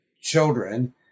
children